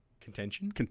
Contention